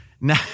Now